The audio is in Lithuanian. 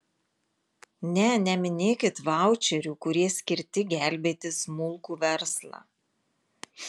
ne neminėkit vaučerių kurie skirti gelbėti smulkų verslą